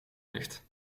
ligt